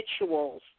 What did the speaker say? rituals